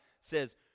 says